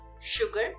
sugar